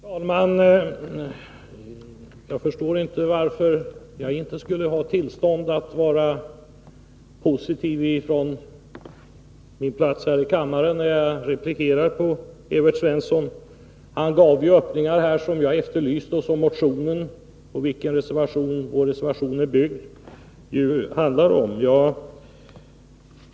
Fru talman! Jag förstår inte varför jag inte skulle ha tillstånd att vara positiv från min plats här i kammaren när jag replikerar Evert Svensson. Han gav öppningar som jag efterlyste och som motionen, på vilken vår reservation är byggd, handlar om.